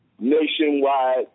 nationwide